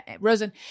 Rosen